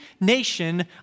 nation